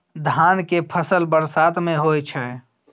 धान के फसल बरसात में होय छै?